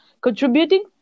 Contributing